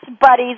buddies